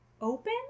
open